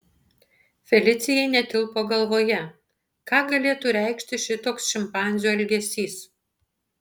felicijai netilpo galvoje ką galėtų reikšti šitoks šimpanzių elgesys